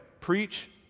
preach